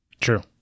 True